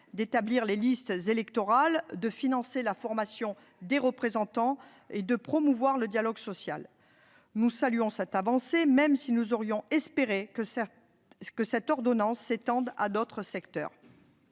d'établir les listes électorales, de financer la formation des représentants et de promouvoir le dialogue social. Nous saluons cette avancée, même si nous aurions espéré que l'ordonnance soit étendue à d'autres secteurs.